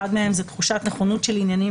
אחד מהם זה "תחושת נכונות של עניינים